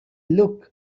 look